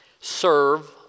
serve